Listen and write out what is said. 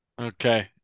Okay